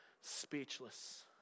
speechless